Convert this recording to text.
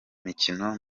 mikino